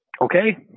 Okay